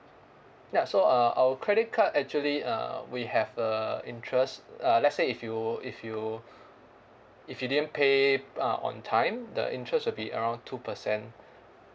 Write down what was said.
ya so uh our credit card actually uh we have a interest uh let's say if you if you if you didn't pay uh on time the interest will be around two percent